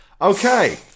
Okay